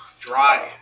Dry